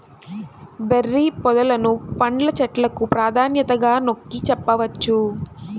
berry పొదలను పండ్ల చెట్లకు ప్రాధాన్యతగా నొక్కి చెప్పవచ్చు